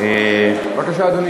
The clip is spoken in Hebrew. אדוני, בבקשה.